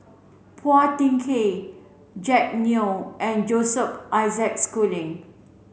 Phua Thin Kiay Jack Neo and Joseph Isaac Schooling